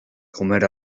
comer